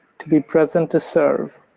to be present to serve,